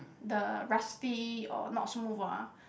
the rusty or not smooth ah